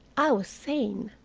i was sane.